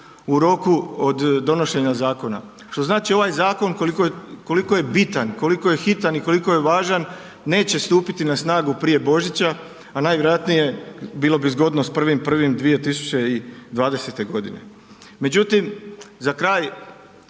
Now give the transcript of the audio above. u roku od donošenja zakona. Što znači ovaj zakon, koliko je bitan i koliko je hitan i koliko je važan, neće stupiti na snagu prije Božića, a najvjerojatnije, bilo bi zgodno s 1.1.2020. godine. Međutim, za kraj,